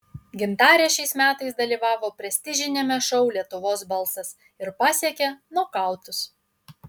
gintarė šiais metais dalyvavo prestižiniame šou lietuvos balsas ir pasiekė nokautus